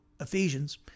Ephesians